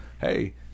hey